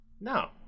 no